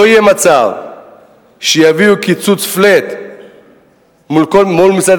לא יהיה מצב שיביאו קיצוץ flatמול משרדי